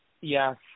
Yes